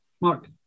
Mark